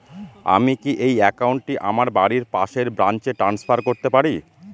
আমি কি এই একাউন্ট টি আমার বাড়ির পাশের ব্রাঞ্চে ট্রান্সফার করতে পারি?